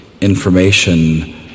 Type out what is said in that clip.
information